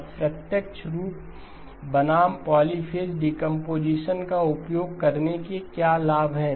अब प्रत्यक्ष रूप बनाम पॉलीफ़ेज़ डीकंपोजीशन का उपयोग करने के क्या लाभ हैं